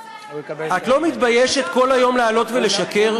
את לא מתביישת כל היום לעלות ולשקר?